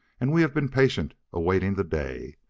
and we have been patient, awaiting the day.